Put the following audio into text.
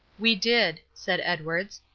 we did, said edwards.